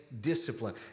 Discipline